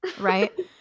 right